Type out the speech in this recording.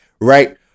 right